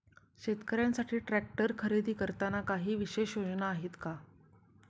शेतकऱ्यांसाठी ट्रॅक्टर खरेदी करताना काही विशेष योजना आहेत का?